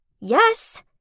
Yes